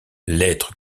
l’être